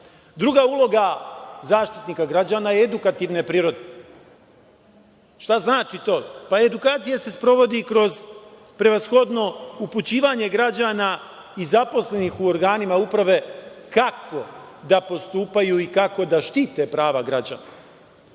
uloga Zaštitnika građana je edukativne prirode. Šta znači to? Pa, edukacija se sprovodi kroz prevashodno upućivanje građana i zaposlenih u organima uprave kako da postupaju i kako da štite prava građana.